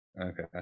okay